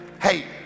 Hey